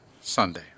Sunday